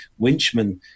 Winchman